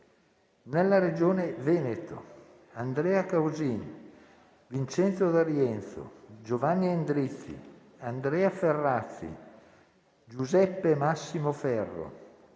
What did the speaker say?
nella Regione Veneto: Andrea Causin, Vincenzo D'Arienzo, Giovanni Endrizzi, Andrea Ferrazzi, Giuseppe Massimo Ferro,